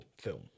film